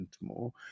more